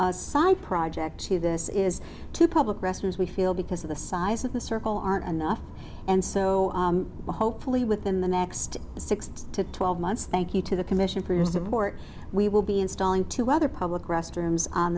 side project to this is to public restrooms we feel because of the size of the circle aren't enough and so hopefully within the next six to twelve months thank you to the commission for your support we will be installing two other public restrooms on